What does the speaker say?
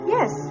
Yes